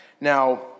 Now